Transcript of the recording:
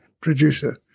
producer